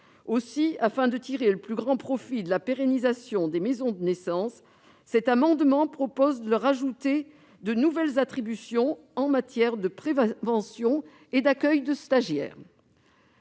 Aussi, afin de tirer le plus grand profit de la pérennisation des maisons de naissance, l'amendement n° 884 rectifié vise à leur ajouter de nouvelles attributions en matière de prévention et d'accueil de stagiaires.